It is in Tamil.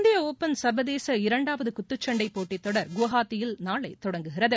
இந்தியா ஒபள் சர்வதேச இரண்டாவது குத்துச் சண்டை போட்டித் தொடர் குவஹாத்தியில் நாளை தொடங்குகிறது